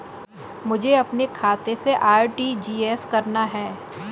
मुझे अपने खाते से आर.टी.जी.एस करना?